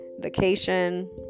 vacation